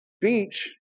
beach